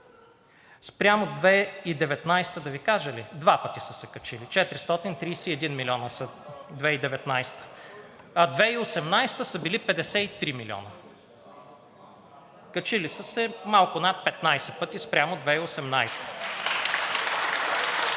Спрямо 2019 г. да Ви кажа ли? Два пъти са се качили – 431 милиона са 2019. А 2018 г. са били 53 милиона. Качили са се малко над 15 пъти спрямо 2018 г.